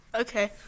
Okay